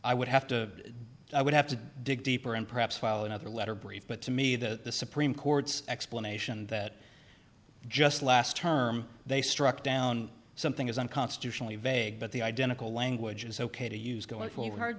i would have to i would have to dig deeper and perhaps file another letter brief but to me that the supreme court's explanation that just last term they struck down something is unconstitutionally vague but the identical language is ok to use